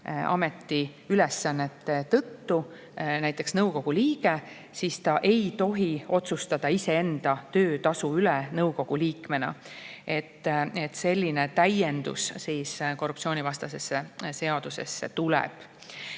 ametiülesannete tõttu nõukogu liige, siis ta ei tohi otsustada iseenda töötasu üle nõukogu liikmena. Selline täiendus korruptsioonivastasesse seadusesse tuleb,